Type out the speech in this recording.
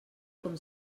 com